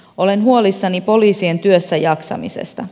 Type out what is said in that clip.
olen huolissani poliisien työssäjaksamisesta